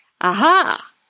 Aha